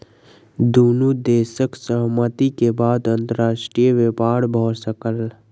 दुनू देशक सहमति के बाद अंतर्राष्ट्रीय व्यापार भ सकल